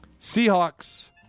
Seahawks